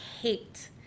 hate